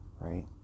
right